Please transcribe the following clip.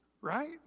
right